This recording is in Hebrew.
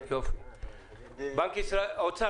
האוצר,